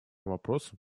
вопросам